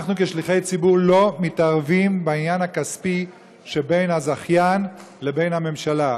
אנחנו כשליחי ציבור לא מתערבים בעניין הכספי שבין הזכיין לבין הממשלה.